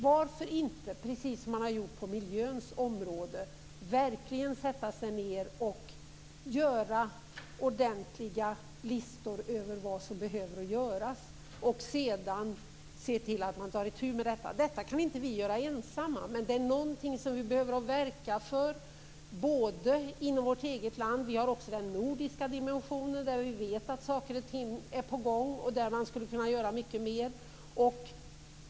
Varför inte, precis som man har gjort på miljöns område, verkligen sätta sig ned och göra ordentliga listor över vad som behöver göras och sedan se till att man tar itu med detta? Det kan vi inte göra ensamma. Det är någonting som vi behöver verka för inom vårt eget land. Vi har också den nordiska dimensionen, där vi vet att saker och ting är på gång, och där man skulle kunna göra mycket mer.